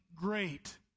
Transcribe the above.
great